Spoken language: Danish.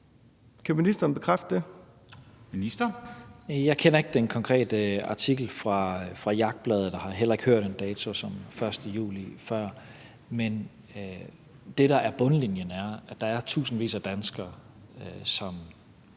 Justitsministeren (Mattias Tesfaye): Jeg kender ikke den konkrete artikel fra Mit Jagtblad, og jeg har heller ikke hørt en dato som den 1. juli før. Men det, der står på bundlinjen, er, at der er tusindvis af danskere, som